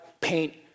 paint